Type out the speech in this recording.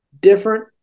different